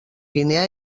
guinea